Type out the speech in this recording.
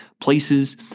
places